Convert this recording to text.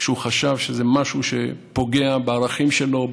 כשהוא חשב שזה משהו שפוגע בערכים שלו,